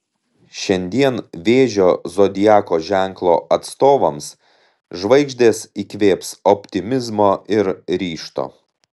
šiandien vėžio zodiako ženklo atstovams žvaigždės įkvėps optimizmo ir ryžto